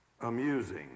amusing